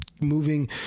moving